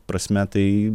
prasme taai